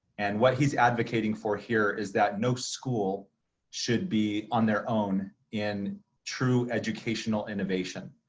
and what he's advocating for here is that no school should be on their own in true educational innovation.